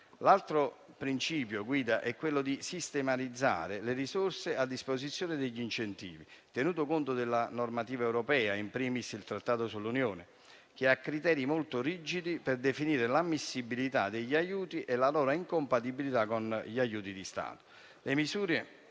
L'altro principio guida è quello di sistematizzare le risorse a disposizione degli incentivi, tenuto conto della normativa europea, *in primis* il Trattato sull'Unione, che ha criteri molto rigidi per definire l'ammissibilità degli aiuti e la loro incompatibilità con gli aiuti di Stato.